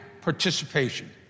participation